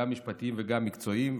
גם משפטים וגם מקצועיים,